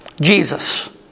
Jesus